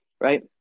right